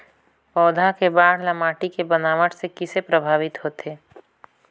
पौधा के बाढ़ ल माटी के बनावट से किसे प्रभावित होथे?